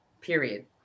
Period